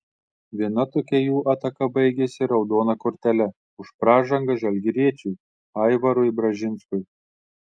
viena tokia jų ataka baigėsi raudona kortele už pražangą žalgiriečiui aivarui bražinskui